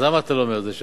אז למה אתה לא אומר את זה?